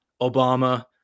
Obama